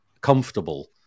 comfortable